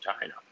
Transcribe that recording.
china